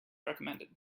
recommended